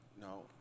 no